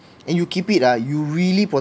and you keep it ah you really